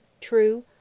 true